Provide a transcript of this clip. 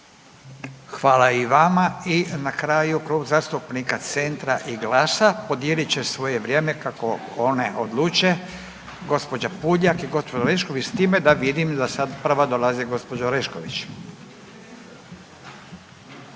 Hvala i vama. I na kraju Klub zastupnika Centra i GLAS-a podijelit će svoje vrijeme kako one odluče. Gospođa Puljak i gospođa Orešković s time da vidim da sad prva dolazi gospođa Orešković.